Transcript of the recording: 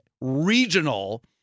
regional